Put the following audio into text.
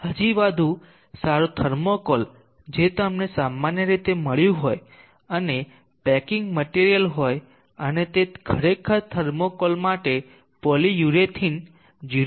હજી વધુ સારું થર્મોકોલ જે તમને સામાન્ય રીતે મળ્યું હોય અને પેકિંગ મટીરીયલ હોય અને તે ખરેખર થર્મોકોલ માટે પોલીયુંરેથીન 0